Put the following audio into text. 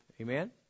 Amen